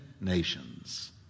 nations